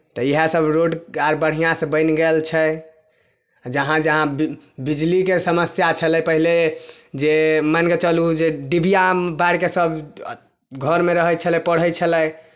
तऽ इएहसभ रोड अर बढ़िआँसँ बनि गेल छै जहाँ जहाँ बि बिजलीके समस्या छलै पहिले जे मानि कऽ चलू जे डिबिया बारि कऽ सभ घरमे रहै छलै पढ़ैत छलै